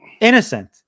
innocent